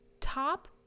top